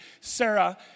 Sarah